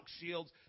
shields